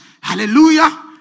hallelujah